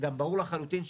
גם ברור לחלוטין,